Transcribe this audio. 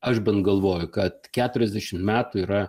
aš bent galvoju kad keturiasdešimt metų yra